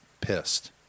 pissed